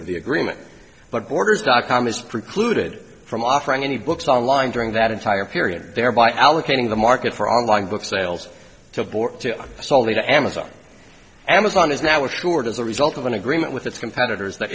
of the agreement but borders dot com is precluded from offering any books online during that entire period there by allocating the market for online book sales to abort to solving the amazon amazon is now a short as a result of an agreement with its competitors th